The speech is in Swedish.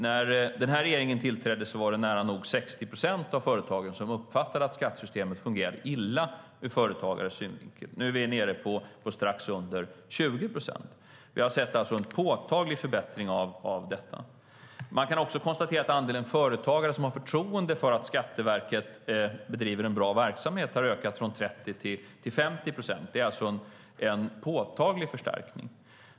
När den här regeringen tillträdde var det nära nog 60 procent av företagen som uppfattade att skattesystemet fungerade illa ur företagares synvinkel. Nu är vi nere på strax under 20 procent. Vi har alltså sett en förbättring av detta. Man kan också konstatera att andelen företagare som har förtroende för att Skatteverket bedriver en bra verksamhet har ökat från 30 till 50 procent. Det är alltså en förstärkning.